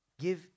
give